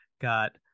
got